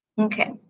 Okay